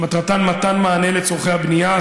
שמטרתה מתן מענה לצורכי הבנייה,